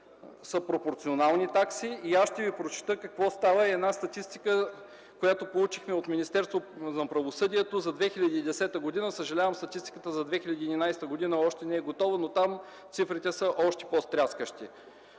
са пропорционални такси и ще Ви прочета една статистика, която получихме от Министерството на правосъдието за 2010 г. Съжалявам, статистиката за 2011 г. още не е готова, но там цифрите са още по-стряскащи.